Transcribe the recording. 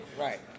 Right